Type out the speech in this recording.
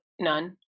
none